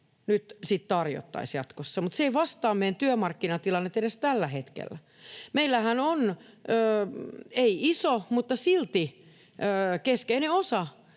tarjottaisiin jatkossa, mutta se ei vastaa meidän työmarkkinatilannetta edes tällä hetkellä. Meillähän on ei iso, mutta silti keskeinen osa